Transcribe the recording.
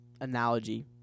analogy